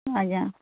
ଆଜ୍ଞା